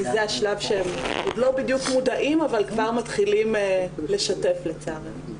זה השלב שהם עוד לא בדיוק מודעים אבל כבר מתחילים לשתף לצערנו.